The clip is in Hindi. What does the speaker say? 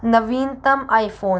नवीनतम आईफोन